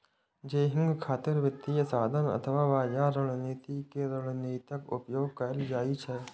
hedging खातिर वित्तीय साधन अथवा बाजार रणनीति के रणनीतिक उपयोग कैल जाइ छै